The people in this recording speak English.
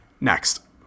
next